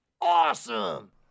Awesome